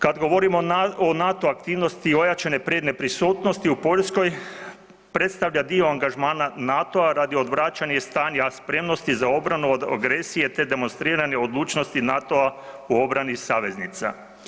Kada govorimo o NATO aktivnosti ojačanje prednje prisutnosti u Poljskoj predstavlja dio angažmana NATO-a radi odvraćanja i stanja spremnosti za obrnu od agresije te demonstrirane odlučnosti NATO-a u obrani saveznica.